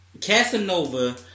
Casanova